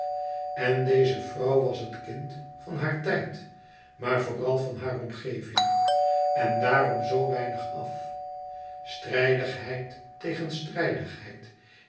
en deze vrouw was het kind van haren tijd maar vooral van hare omgeving en daarom zoo weinig af strijdigheid tegen